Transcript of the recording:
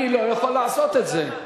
אני לא יכול לעשות את זה.